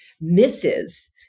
misses